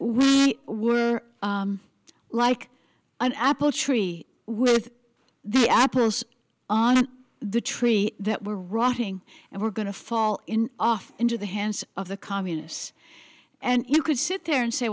we were like an apple tree with the apples on the tree that were rotting and were going to fall off into the hands of the communists and you could sit there and say